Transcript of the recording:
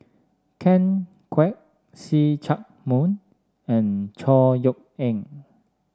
Ken Kwek See Chak Mun and Chor Yeok Eng